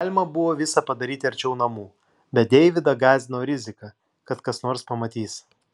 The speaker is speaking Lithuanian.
galima buvo visa padaryti arčiau namų bet deividą gąsdino rizika kad kas nors pamatys